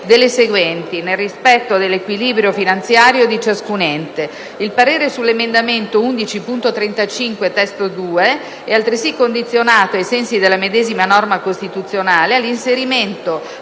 delle seguenti: ", nel rispetto dell'equilibrio finanziario di ciascun ente,". Il parere sull'emendamento 11.35 (testo 2) è altresì condizionato, ai sensi della medesima norma costituzionale, all'inserimento,